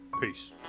Peace